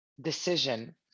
decision